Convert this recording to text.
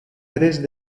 tres